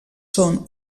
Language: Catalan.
són